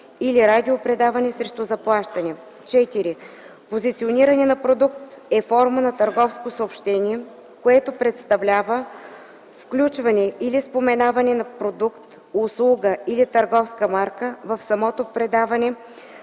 (4) Позициониране на продукт е форма на търговско съобщение, което представлява включване или споменаване на продукт, услуга или търговска марка в самото предаване